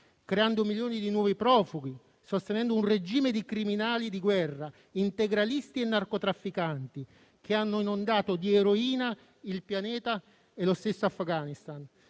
creando milioni di nuovi profughi e sostenendo un regime di criminali di guerra, integralisti e narcotrafficanti che hanno inondato di eroina il pianeta e lo stesso Afghanistan,